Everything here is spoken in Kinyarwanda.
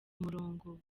umurongo